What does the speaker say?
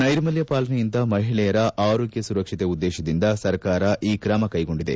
ನೈರ್ಮಲ್ಯ ಪಾಲನೆಯಿಂದ ಮಹಿಳೆಯರ ಆರೋಗ್ಯ ಸುರಕ್ಷತೆ ಉದ್ದೇಶದೊಂದಿಗೆ ಸರ್ಕಾರ ಈ ಕ್ರಮ ಕೈಗೊಂಡಿದೆ